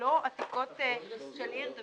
לא עתיקות של עיר דוד?